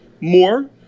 more